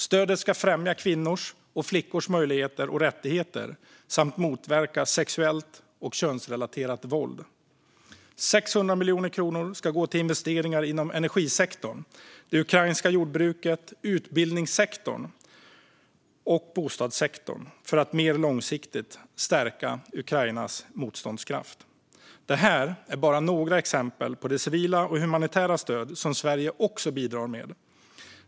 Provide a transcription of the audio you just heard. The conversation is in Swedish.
Stödet ska främja kvinnors och flickors möjligheter och rättigheter samt motverka sexuellt och könsrelaterat våld. Vidare ska 600 miljoner kronor gå till investeringar inom energisektorn, det ukrainska jordbruket, utbildningssektorn och bostadssektorn för att mer långsiktigt stärka Ukrainas motståndskraft. Detta är bara några exempel på det civila och humanitära stöd som Sverige också bidrar med.